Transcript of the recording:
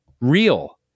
real